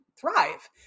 thrive